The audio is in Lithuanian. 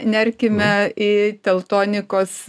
nerkime į teltonikos